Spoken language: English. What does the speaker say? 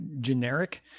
generic